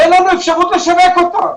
ואין לנו אפשרות לשווק אותם.